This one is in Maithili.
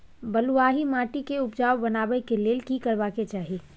बालुहा माटी के उपजाउ बनाबै के लेल की करबा के चाही?